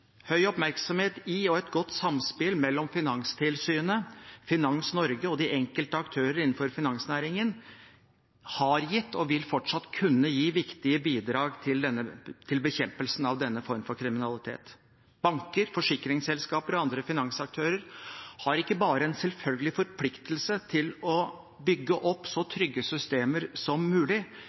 Høy oppmerksomhet i og et godt samspill mellom Finanstilsynet, Finans Norge og de enkelte aktører innenfor finansnæringen har gitt og vil fortsatt kunne gi viktige bidrag til bekjempelsen av denne formen for kriminalitet. Banker, forsikringsselskaper og andre finansaktører har ikke bare en selvfølgelig forpliktelse til å bygge opp så trygge systemer som mulig,